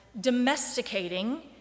domesticating